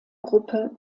gruppe